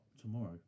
tomorrow